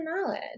knowledge